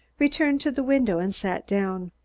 returned to the window and sat down.